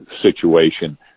situation